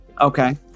Okay